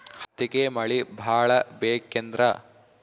ಹತ್ತಿಗೆ ಮಳಿ ಭಾಳ ಬೇಕೆನ್ರ?